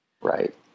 Right